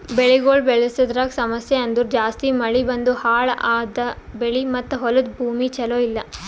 ಬೆಳಿಗೊಳ್ ಬೆಳಸದ್ರಾಗ್ ಸಮಸ್ಯ ಅಂದುರ್ ಜಾಸ್ತಿ ಮಳಿ ಬಂದು ಹಾಳ್ ಆದ ಬೆಳಿ ಮತ್ತ ಹೊಲದ ಭೂಮಿ ಚಲೋ ಇಲ್ಲಾ